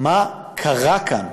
מה קרה כאן,